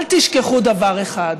אל תשכחו דבר אחד,